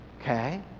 okay